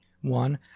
One